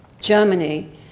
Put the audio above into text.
Germany